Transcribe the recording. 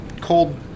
cold